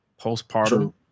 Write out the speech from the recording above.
Postpartum